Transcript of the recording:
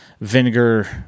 vinegar